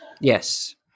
Yes